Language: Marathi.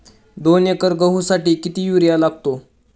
दोन एकर गहूसाठी किती युरिया लागतो?